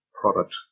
product